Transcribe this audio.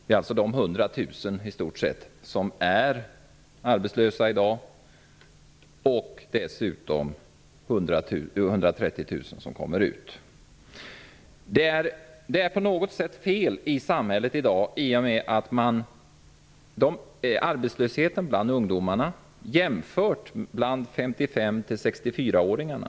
100 000, i stort sett, är redan i dag arbetslösa. Dessutom avslutar 130 000 ungdomar snart sin utbildning. Det är något som är fel i samhället i dag. Man kan jämföra arbetslösheten bland ungdomarna med arbetslösheten bland 55--64-åringarna.